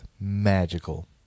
Magical